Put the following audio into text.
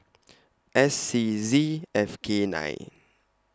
S C Z F K nine